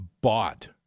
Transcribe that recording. bought